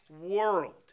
world